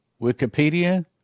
Wikipedia